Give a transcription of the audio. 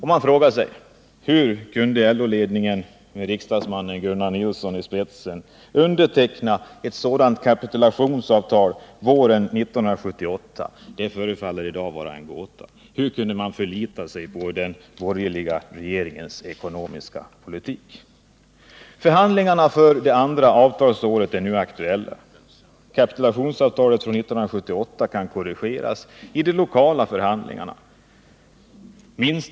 Man frågar sig hur LO-ledningen med riksdagsman Gunnar Nilsson i spetsen kunde underteckna ett sådant kapitulationsavtal våren 1978. Det förefaller i dag vara en gåta. Hur kunde man förlita sig på den borgerliga regeringens ekonomiska politik? Förhandlingarna för andra avtalsåret är nu aktuella. Kapitulationsavtalet för 1978 kan korrigeras i de lokala förhandlingarna.